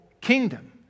kingdom